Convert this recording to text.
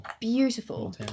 beautiful